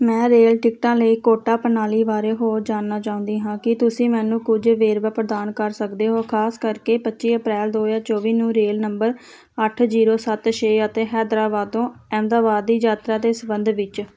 ਮੈਂ ਰੇਲ ਟਿਕਟਾਂ ਲਈ ਕੋਟਾ ਪ੍ਰਣਾਲੀ ਬਾਰੇ ਹੋਰ ਜਾਣਨਾ ਚਾਹੁੰਦੀ ਹਾਂ ਕੀ ਤੁਸੀਂ ਮੈਨੂੰ ਕੁਝ ਵੇਰਵੇ ਪ੍ਰਦਾਨ ਕਰ ਸਕਦੇ ਹੋ ਖਾਸ ਕਰਕੇ ਪੱਚੀ ਅਪ੍ਰੈਲ ਦੋ ਹਜ਼ਾਰ ਚੌਵੀ ਨੂੰ ਰੇਲ ਨੰਬਰ ਅੱਠ ਜੀਰੋ ਸੱਤ ਛੇ ਅਤੇ ਹੈਦਰਾਬਾਦ ਤੋਂ ਅਹਿਮਦਾਬਾਦ ਦੀ ਯਾਤਰਾ ਦੇ ਸੰਬੰਧ ਵਿੱਚ